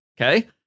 okay